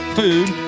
food